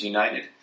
United